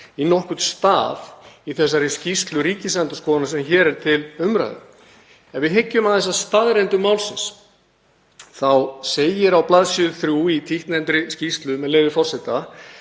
í nokkurn stað í þeirri skýrslu Ríkisendurskoðunar sem hér er til umræðu. Ef við hyggjum aðeins að staðreyndum málsins þá segir á bls. 3 í títtnefndri skýrslu, með leyfi forseta: